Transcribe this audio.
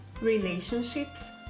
relationships